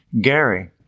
Gary